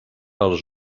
els